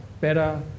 better